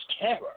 terror